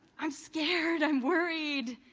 i'm scared, i'm worried.